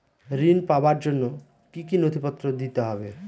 ঋণ পাবার জন্য কি কী নথিপত্র দিতে হবে?